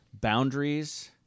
boundaries